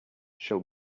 shall